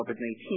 COVID-19